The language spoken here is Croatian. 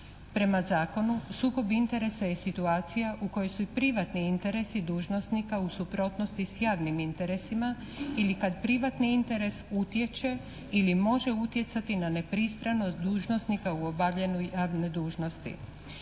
Prema zakonu sukob interesa je situacija u kojoj su i privatni interesi dužnosnika u suprotnosti s javnim interesima ili kad privatni interes utječe ili može utjecati na nepristranost dužnosnika u obavljanju javne dužnosti.